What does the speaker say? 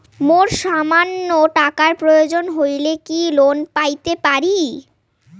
মোর সামান্য টাকার প্রয়োজন হইলে কি লোন পাইতে পারি?